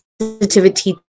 sensitivity